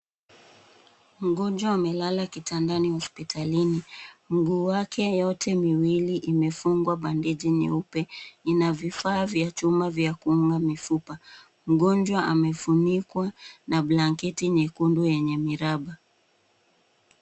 Mgonjwa amelala kitandani hospitalini. Miguu yake yote miwili imefungwa bandeji nyeupe . Inavifaa vya chuma vya kumuunga mifupa. Mgonjwa amefunikwa na blanketi nyekundu yenye miraba.